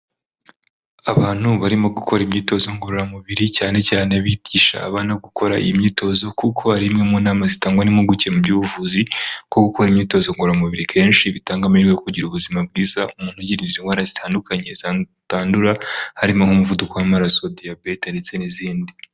Abantu barimo gukora imyitozo ngororamubiri, cyane cyane bigisha abana gukora iyi myitozo, kuko ari imwe mu nama zitangwa n'impuguke mu by'ubuvuzi kuko gukora imyitozo ngoramubiri kenshi, bitanga amahirwe yo kugira ubuzima bwiza, umuntu ajye yirinda indwara zitandukanye zitandura harimo nk'umuvuduko w'amaraso diyabete ndetse n'izindi.